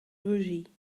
ruzie